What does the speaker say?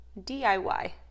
DIY